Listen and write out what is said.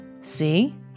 See